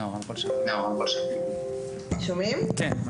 בבקשה, נועה שומעים בבקשה.